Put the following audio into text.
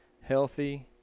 healthy